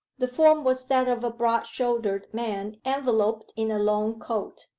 the form was that of a broad-shouldered man enveloped in a long coat.